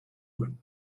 him